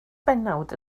bennawd